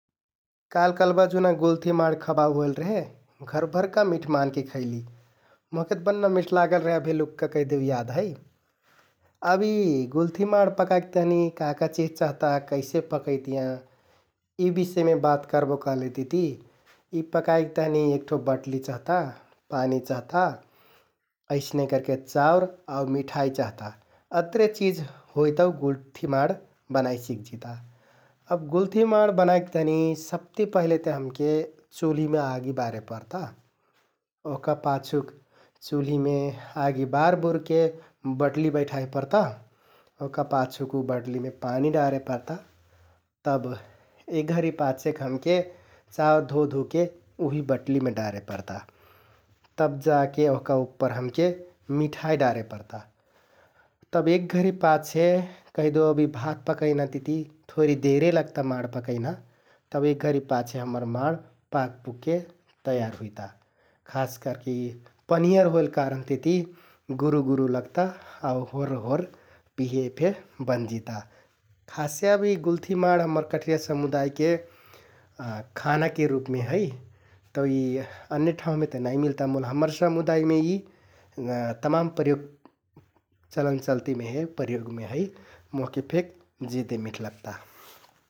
काल्ह कलबा जुना गुल्थि माड खबाउ होइल रेहे घरभरका मिठ मानके खैलि । मोहकेत बन्‍ना मिठ लागल रेहे अभेलुक्का कहिदेउ याद है । अब इ गुल्थि माड पकाइक तहनि का का चिज चहता, कैसे पकैतियाँ? इ बिषयमे बात करबो कहलेतिति इ पकाइक तहनि एक ठो बट्लि चहता, पानी चहता । अइसने करके चाउर आउ मिठाइ चहता । अतरे चिज होइ तौ गुल्थि माड बनाइ सिकजिता । अब गुल्थि माड बनाइक तहनि सबति पहिले ते हमके चुल्हिमे आगि बारे परता । ओहका पाछुक चुल्हिमे आगि बारबुरके बट्लि बैठाइक परता । ओहका पाछुक उ बट्लिमे पानी डारे परता । तब एक घरिक पाछेक हमके चाउर धो धुके हमके उहि बट्लिमे डारे परता । तब जाके ओहका उप्पर हमके मिठाइ डारेक परता । तब एक घरि पाछे कहिदेउ अब इ भात पकैना तिति थोरि देरे लगता माड पकैना । तब एक घरि पाछे हम्मर माड पाक पुकके तयार हुइता । खास करके इ पन्हिंयर होइल कारणति गुरुगुरु लगता आउ होर्‌र होर्‌र पिये फे बनजिता । खासे अब इ गुल्थि माड हम्मर कठरिया समुदायके खानाके रुपमे है । तौ इ अन्य ठाउँमे ते नाइ मिलता मुल हम्मर समुदायमे इ तमान प्रयोग, चलन चलतिमे हे प्रयोगमे है, मोहके फेक जेदे मिठ लगता ।